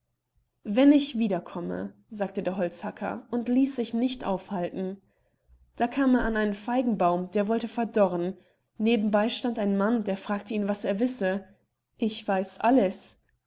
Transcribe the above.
wenn ich wieder komme sagte der holzhacker und ließ sich nicht aufhalten da kam er an einen feigenbaum der wollte verdorren nebenbei stand ein mann der fragte ihn was er wisse ich weiß alles